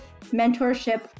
mentorship